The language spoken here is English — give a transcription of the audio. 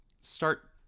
start